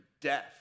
death